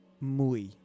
muy